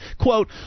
Quote